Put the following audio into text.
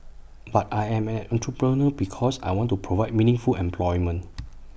but I am an entrepreneur because I want to provide meaningful employment